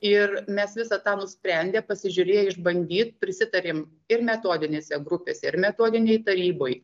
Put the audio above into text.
ir mes visą tą nusprendę pasižiūrėję išbandyt prisitarėm ir metodinėse grupėse ir metodinėj taryboj